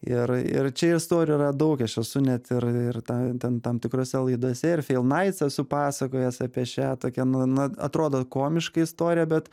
ir ir čia istorijų yra daug aš esu net ir ir tą ten tam tikrose laidose ir failnaits esu pasakojęs apie šią tokią na na atrodo komiška istorija bet